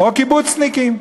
או קיבוצניקים,